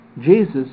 Jesus